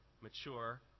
mature